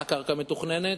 רק קרקע מתוכננת.